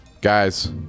guys